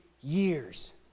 years